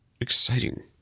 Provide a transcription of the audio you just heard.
exciting